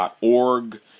org